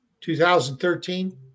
2013